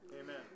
Amen